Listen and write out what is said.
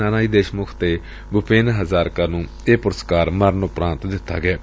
ਨਾਨਾ ਜੀ ਦੇਸ਼ਮੁੱਖ ਅਤੇ ਭੁਪੇਨ ਹਜ਼ਾਰਿਕਾ ਨੁੰ ਇਹ ਪੁਰਸਕਾਰ ਮਰਨ ਉਪਰਾਂਤ ਦਿੱਤਾ ਗਿਐ